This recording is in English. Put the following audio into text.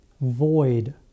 void